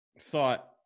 thought